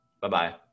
Bye-bye